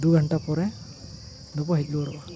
ᱫᱩ ᱜᱷᱟᱱᱴᱟ ᱯᱚᱨᱮ ᱫᱚᱵᱚ ᱦᱮᱡ ᱨᱩᱭᱟᱹᱲᱚᱜᱼᱟ